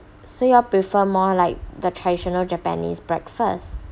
so you all prefer more like the traditional japanese breakfast